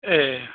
ए